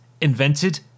invented